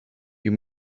you